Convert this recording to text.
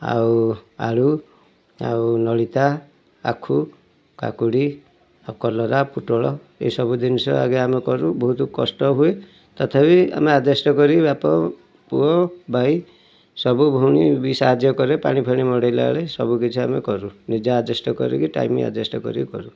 ଆଉ ଆଳୁ ଆଉ ନଳିତା ଆଖୁ କାକୁଡ଼ି ଆଉ କଲରା ପୋଟଳ ଏ ସବୁ ଜିନିଷ ଆଗେ ଆମେ କରୁ ବହୁତ କଷ୍ଟ ହୁଏ ତଥାପି ଆମେ ଆଡ଼୍ଜଷ୍ଟ୍ କରିକି ଆମେ ବାପ ପୁଅ ଭାଇ ସବୁ ଭଉଣୀ ବି ସାହାଯ୍ୟ କରେ ପାଣି ଫାଣି ମଡ଼ାଇବାବେଳେ ସବୁ କିଛି ଆମେ କରୁ ଆଡ଼୍ଜଷ୍ଟ୍ କରିକି ଟାଇମ୍ ଆଡ଼୍ଜଷ୍ଟ୍ କରିକି କରୁ